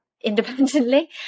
independently